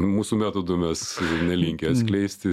mūsų metodų mes nelinkę atskleisti